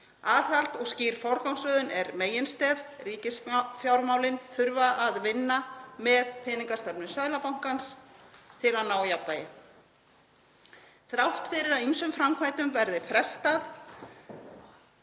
Aðhald og skýr forgangsröðun er meginstef. Ríkisfjármálin þurfa að vinna með peningastefnu Seðlabankans til að ná jafnvægi. Þrátt fyrir að ýmsum framkvæmdum verði frestað